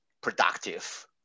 productive